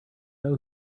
know